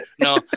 no